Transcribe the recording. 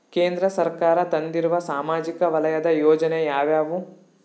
ಕೇಂದ್ರ ಸರ್ಕಾರ ತಂದಿರುವ ಸಾಮಾಜಿಕ ವಲಯದ ಯೋಜನೆ ಯಾವ್ಯಾವು?